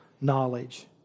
knowledge